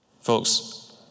Folks